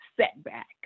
setback